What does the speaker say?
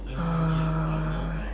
uh